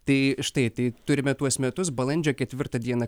tai štai tai turime tuos metus balandžio ketvirtą dieną